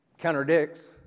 contradicts